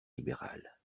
libérales